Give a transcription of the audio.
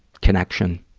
connection.